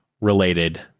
related